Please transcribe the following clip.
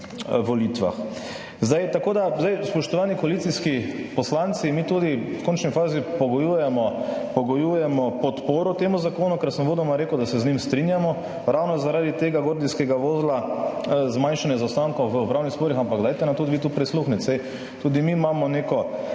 volitvah. Spoštovani koalicijski poslanci, mi tudi v končni fazi pogojujemo podporo temu zakonu, ker sem uvodoma rekel, da se z njim strinjamo ravno zaradi tega gordijskega vozla zmanjšanja zaostankov v upravnih sporih, ampak dajte nam tudi vi tu prisluhniti, saj tudi mi imamo neko